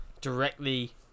directly